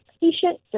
patient